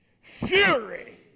Fury